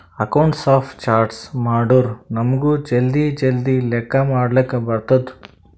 accounts of charts ಮಾಡುರ್ ನಮುಗ್ ಜಲ್ದಿ ಜಲ್ದಿ ಲೆಕ್ಕಾ ಮಾಡ್ಲಕ್ ಬರ್ತುದ್